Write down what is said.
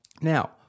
Now